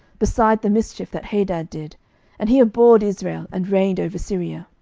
beside the mischief that hadad did and he abhorred israel, and reigned over syria.